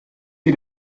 sie